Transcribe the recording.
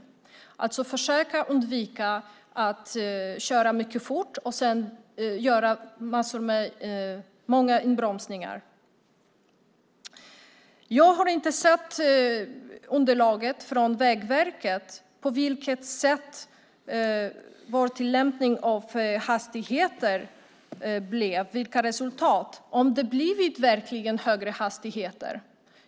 Man ska alltså försöka undvika att köra väldigt fort och göra många inbromsningar. Jag har inte sett något underlag från Vägverket med resultat av tillämpningen av hastigheterna och om det verkligen har blivit högre hastigheter.